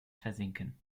versinken